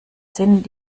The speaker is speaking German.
sind